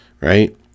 right